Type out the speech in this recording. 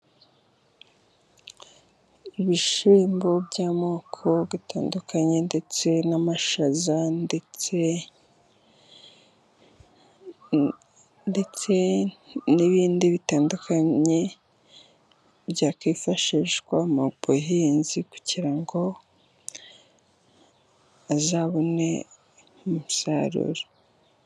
Ibishyimbo by'amoko atandukanye ndetse n'amashaza, ndetse ndetse n'ibindi bitandukanye byakwifashishwa mu buhinzi kugira ngo bazabone umusaruro.